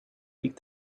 ilk